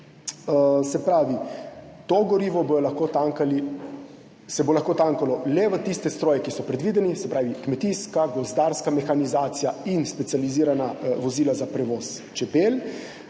še en apel. To gorivo se bo lahko točilo le v tiste stroje, ki so predvideni, se pravi kmetijska, gozdarska mehanizacija in specializirana vozila za prevoz čebel.